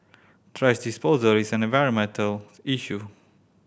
thrash disposal is an environmental issue